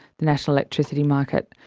the national electricity market,